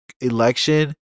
election